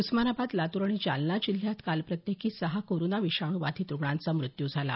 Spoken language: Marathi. उस्मानाबाद लातूर आणि जालना जिल्ह्यात काल प्रत्येकी सहा कोरोना विषाणू बाधित रुग्णांचा मृत्यू झाला